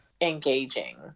engaging